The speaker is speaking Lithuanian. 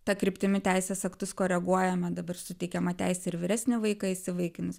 ta kryptimi teisės aktus koreguojama dabar suteikiama teisė ir vyresnį vaiką įsivaikinus